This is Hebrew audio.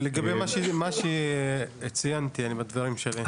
ולגבי מה שציינתי בדברים שלי?